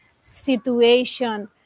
situation